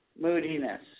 moodiness